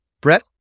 Brett